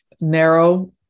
narrow